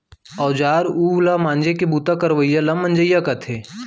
औजार उव ल मांजे के बूता करवइया ल मंजइया कथें